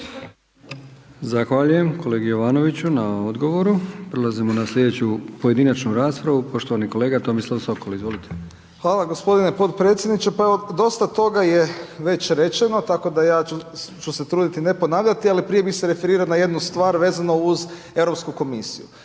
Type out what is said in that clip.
Zahvaljujem kolegi Jovanoviću na odgovoru. Prelazimo na sljedeću pojedinačnu raspravu. Poštovani kolega Tomislav Sokol, izvolite. **Sokol, Tomislav (HDZ)** Hvala gospodine potpredsjedniče. Pa evo dosta toga je već rečeno, tako da ja ću se truditi ne ponavljati, ali prije bih se nadovezao na jednu stvar vezano uz Europsku komisiju.